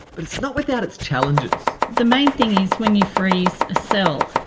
but it's not without its challenges. the main thing is when you freeze a cell,